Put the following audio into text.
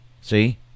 see